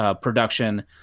production